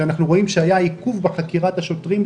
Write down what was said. שאנחנו רואים שהיה עיכוב בחקירת השוטרים,